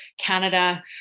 Canada